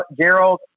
Gerald